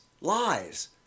Lies